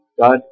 God